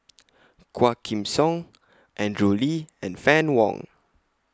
Quah Kim Song Andrew Lee and Fann Wong